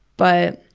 but